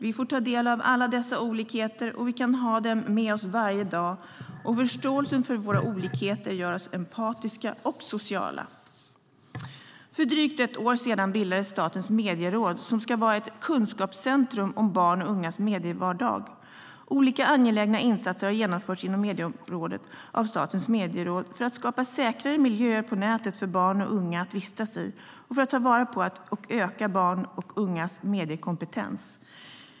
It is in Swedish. Vi får ta del av alla dessa olikheter, och vi kan ha dem med oss varje dag. Förståelsen för våra olikheter gör oss empatiska och sociala. För drygt ett år sedan bildades Statens medieråd som ska vara ett kunskapscentrum om barns och ungas medievardag. Olika angelägna insatser har genomförts inom medieområdet av Statens medieråd för att skapa säkrare miljöer på nätet för barn och unga att vistas i och för att ta vara på och öka barns och ungas mediekompetens.